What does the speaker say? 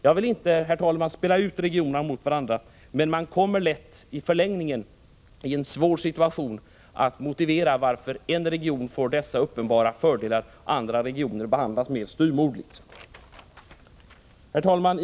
Jag vill, herr talman, inte spela ut regionerna mot varandra, men man kommer lätt i en svår situation när det gäller att motivera varför en region får dessa uppenbara fördelar och andra regioner behandlas mer styvmoderligt. Herr talman!